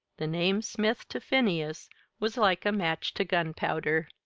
the name smith to phineas was like a match to gunpowder.